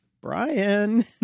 Brian